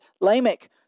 Lamech